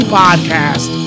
podcast